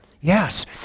Yes